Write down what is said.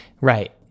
Right